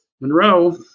Monroe